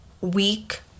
week